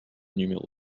numéro